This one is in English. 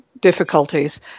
difficulties